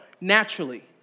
naturally